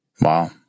Wow